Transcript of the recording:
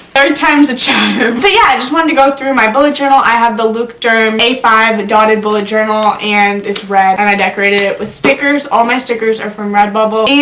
third time's a charm. but yeah. i just wanted to go through my bullet journal. i have the leuchtturm a five dotted bullet journal. and it's red. and i decorated it with stickers. all my stickers are from red bubble.